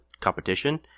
competition